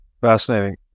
Fascinating